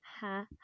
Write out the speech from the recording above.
Ha